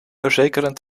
verzekeren